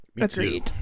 Agreed